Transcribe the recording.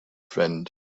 friend